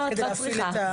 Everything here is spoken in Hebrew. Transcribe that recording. את לא צריכה,